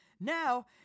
Now